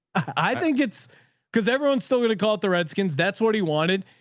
i think it's because everyone's still going to call it the redskins. that's what he wanted.